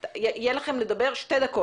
(הישיבה נפסקה בשעה 15:15